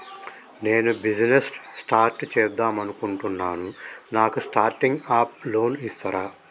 నేను business start చేద్దామనుకుంటున్నాను నాకు స్టార్టింగ్ అప్ లోన్ ఇస్తారా?